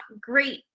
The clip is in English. great